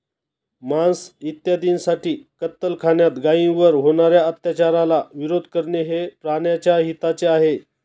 मांस इत्यादींसाठी कत्तलखान्यात गायींवर होणार्या अत्याचाराला विरोध करणे हे प्राण्याच्या हिताचे आहे